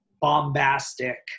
bombastic